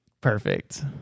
Perfect